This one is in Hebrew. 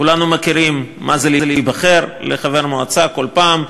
כולנו יודעים מה זה להיבחר לחבר מועצה כל פעם.